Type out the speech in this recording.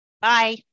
Bye